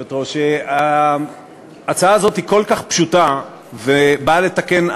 אנחנו עוברים להצעת החוק הבאה: הצעת חוק הביטוח